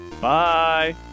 Bye